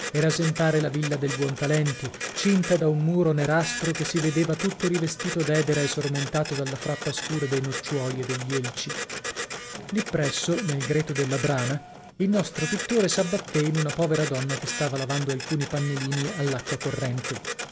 e rasentare la villa del buontalenti cinta da un muro nerastro che si vedeva tutto rivestito d'edera e sormontato dalla frappa scura dei nocciuoli e degli elci lì presso nel greto della brana il nostro pittore s'abbattè in una povera donna che stava lavando alcuni pannilini all'acqua corrente